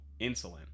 insulin